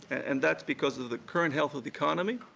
and that's because of the current health of the economy,